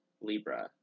Libra